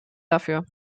dafür